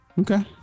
Okay